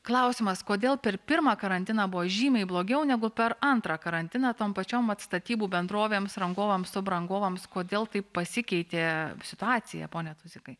klausimas kodėl per pirmą karantiną buvo žymiai blogiau negu per antrą karantiną tom pačiom vat statybų bendrovėms rangovams subrangovams kodėl taip pasikeitė situacija pone tuzikai